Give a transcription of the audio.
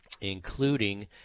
including